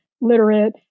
literate